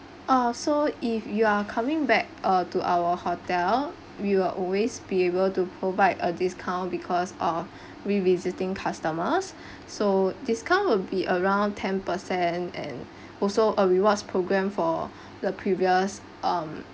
ah so if you are coming back uh to our hotel we will always be able to provide a discount because of revisiting customers so discount will be around ten percent and also a rewards program for the previous um